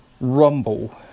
Rumble